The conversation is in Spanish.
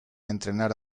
entrenar